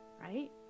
Right